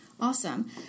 Awesome